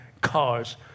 cars